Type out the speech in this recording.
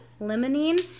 limonene